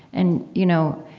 and, you know,